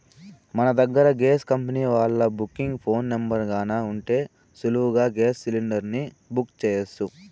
మన దగ్గర gas company వాల్ల బుకింగ్ ఫోను నెంబరు గాన ఉంటే సులువుగా గేస్ సిలిండర్ని బుక్ సెయ్యొచ్చు